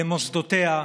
למוסדותיה,